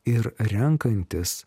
ir renkantis